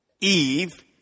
Eve